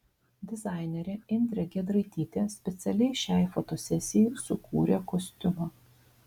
dizainerė indrė giedraitytė specialiai šiai fotosesijai sukūrė kostiumą